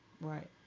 Right